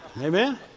Amen